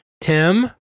Tim